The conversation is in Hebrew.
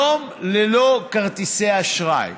יום ללא כרטיסי אשראי.